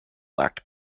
lacked